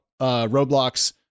Roblox